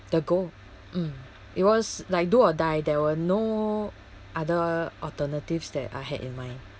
the goal mm it was like do or die there were no other alternatives that I had in mind